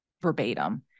verbatim